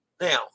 Now